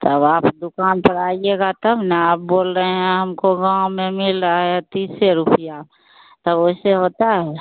तौ आप दुकान पर आइएगा तब ना आप बोल रहे हैं हमको गाँव में मिल रहा है तीसै रुपये तौ ऐसे होता है